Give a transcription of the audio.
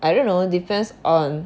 I don't know depends on